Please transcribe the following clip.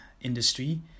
industry